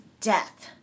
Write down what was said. death